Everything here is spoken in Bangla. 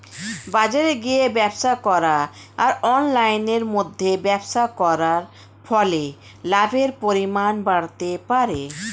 বাজারে গিয়ে ব্যবসা করা আর অনলাইনের মধ্যে ব্যবসা করার ফলে লাভের পরিমাণ বাড়তে পারে?